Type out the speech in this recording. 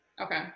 okay